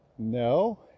No